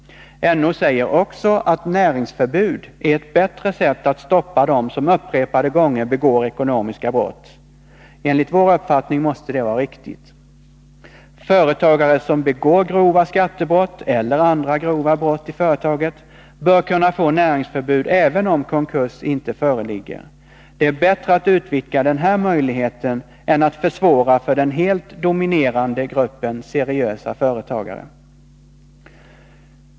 NO säger också att näringsförbud är ett bättre sätt att stoppa dem som upprepade gånger begår ekonomiska brott. Enligt vår uppfattning måste det vara riktigt. Företagare som begår grova skattebrott eller andra grova brott i företaget bör kunna få näringsförbud, även om konkurs inte föreligger. Det är bättre att utvidga den här möjligheten än att försvåra för den helt dominerande gruppen seriösa företagare.